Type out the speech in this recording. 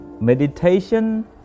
Meditation